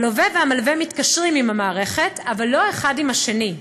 הלווה והמלווה מתקשרים עם המערכת אבל לא אחד עם השני,